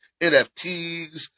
NFTs